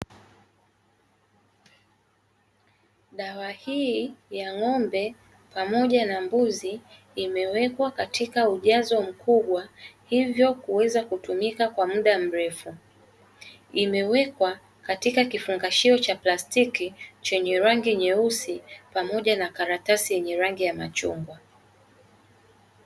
Dawa hii yang'ombe na mbuzi imewekwa katika ujazo mkubwa, hivyo kuweza kutumika kwa muda mrefu. Imewekwa katika kifungashio cha plastiki chenye rangi nyeusi, pamoja na karatasi yenye rangi ya machungwa.